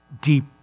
Deep